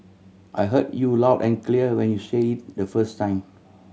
I heard you loud and clear when you said it the first time